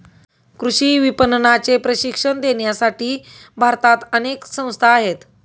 कृषी विपणनाचे प्रशिक्षण देण्यासाठी भारतात अनेक संस्था आहेत